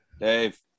Dave